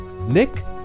Nick